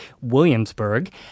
Williamsburg